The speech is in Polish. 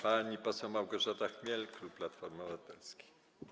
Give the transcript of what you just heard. Pani poseł Małgorzata Chmiel, klub Platformy Obywatelskiej.